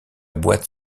boîte